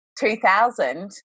2000